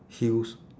heels